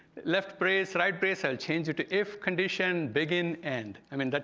left brace, right brace, i'll change it to if condition begin end. i mean, but